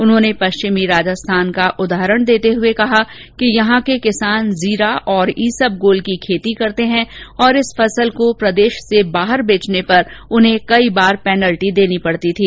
उन्होंने पश्चिमी राजस्थान का उदाहरण देते हुए कहा कि यहां के किसान जीरा और ईसबगोल की खेती करते हैं और इस फसल को प्रदेश से बाहर बेचने पर उन्हें कई बार पेनल्टी भी देनी पड़ती थी